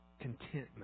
contentment